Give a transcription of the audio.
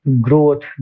growth